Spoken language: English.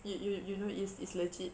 you you you know it's it's legit